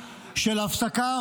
של הפסקה,